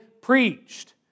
preached